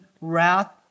wrath